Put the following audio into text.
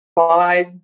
Five